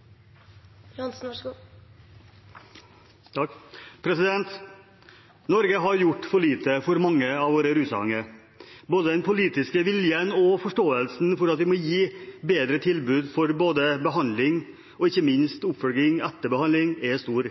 forslagene nr. 20, 21, 22 og 23, men slik de er lukket inne, kan vi ikke stemme for dem i dag. I Norge har vi gjort for lite for mange av våre rusavhengige. Både den politiske viljen og forståelsen for at vi må gi bedre tilbud for behandling, og ikke minst oppfølging etter behandling, er stor.